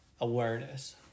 awareness